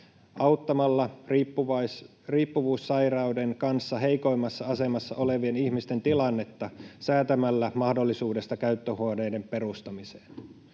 auttamalla riippuvuussairauden kanssa heikoimmassa asemassa olevien ihmisten tilannetta säätämällä mahdollisuudesta käyttöhuoneiden perustamiseen.